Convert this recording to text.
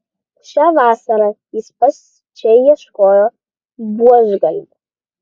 šią vasarą jis pats čia ieškojo buožgalvių